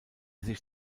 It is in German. sich